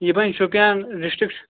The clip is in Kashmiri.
یہِ بَنہِ شُپیان ڈِسٹرک